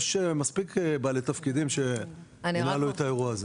יש מספיק בעלי תפקידים שינהלו את האירוע הזה.